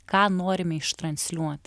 ką norime iš transliuoti